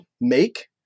make